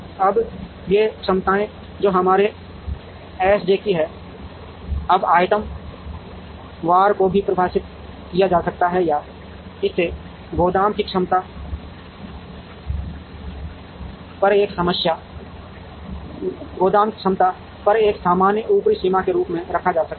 अब ये क्षमताएं जो हमारे एस जे की हैं अब आइटम वार को भी परिभाषित किया जा सकता है या इसे गोदाम की क्षमता पर एक सामान्य ऊपरी सीमा के रूप में रखा जा सकता है